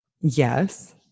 Yes